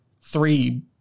three